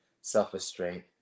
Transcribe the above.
self-restraint